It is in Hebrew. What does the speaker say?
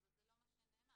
אבל זה לא מה שנאמר.